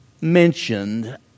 mentioned